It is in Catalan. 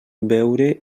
beure